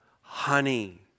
honey